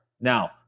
Now